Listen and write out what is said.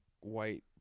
white